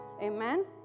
Amen